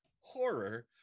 horror